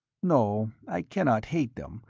no, i cannot hate them,